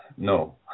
No